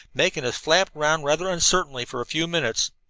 making us flap around rather uncertainly for a few minutes.